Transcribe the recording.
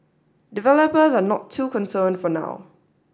developers are not too concerned for now